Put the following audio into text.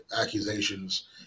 accusations